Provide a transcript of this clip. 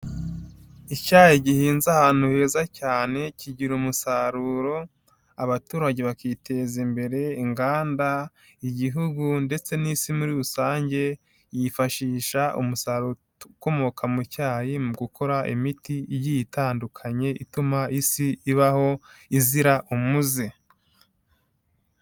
Icyayi gihinze ahantu heza cyane kigira umusaruro abaturage bakiteza imbere, inganda, igihugu ndetse n'isi muri rusange, yifashisha umusaruro ukomoka mu cyayi mu gukora imiti igiye itandukanye ituma isi ibaho izira umuze.